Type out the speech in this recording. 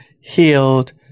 healed